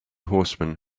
horsemen